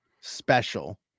special